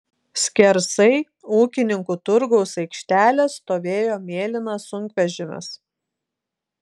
skersai ūkininkų turgaus aikštelės stovėjo mėlynas sunkvežimis